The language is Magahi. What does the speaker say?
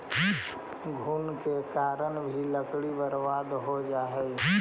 घुन के कारण भी लकड़ी बर्बाद हो जा हइ